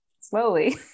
slowly